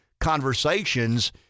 conversations